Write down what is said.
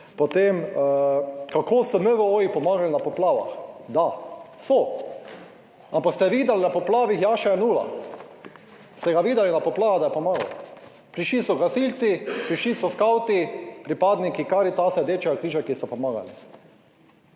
Potem kako so NVO pomagali na poplavah, da, so, ampak sli ste videli na poplavah Jaša Jenulla? Ste ga videli na poplavah, da je pomagal? Prišli so gasilci, prišli so skavti, pripadniki Karitasa, Rdečega križa, ki so pomagali.